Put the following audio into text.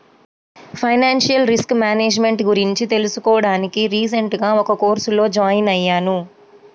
financial risk management గురించి తెలుసుకోడానికి recent గా ఒక కోర్సులో జాయిన్ అయ్యాను